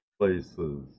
places